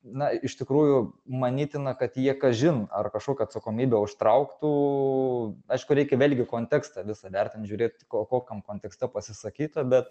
na iš tikrųjų manytina kad jie kažin ar kažkokią atsakomybę užtrauktų aišku reikia vėlgi kontekstą visą vertint žiūrėt ko kokiam konteksto pasisakyta bet